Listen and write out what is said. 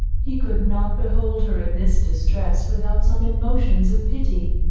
he could not behold her in this distress without some emotions of pity.